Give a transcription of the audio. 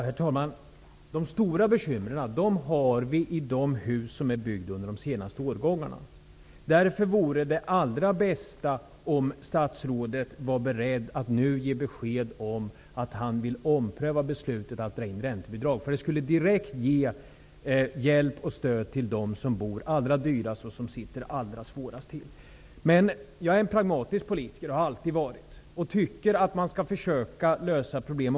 Herr talman! De stora bekymren har vi i de hus som tillhör de senaste årgångarna. Därför vore det allra bäst om statsrådet nu vore beredd att ge besked om att han vill ompröva beslutet om att dra in räntebidrag. Det skulle direkt ge hjälp och stöd till dem som bor allra dyrast och som sitter allra svårast till. Men jag är och har alltid varit en pragmatisk politiker, och jag tycker att man skall försöka att lösa problemen.